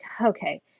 okay